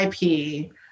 IP